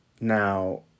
Now